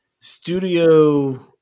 studio